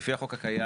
לפי החוק הקיים,